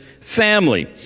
family